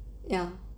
ya